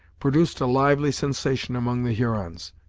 produced a lively sensation among the hurons,